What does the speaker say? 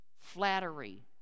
flattery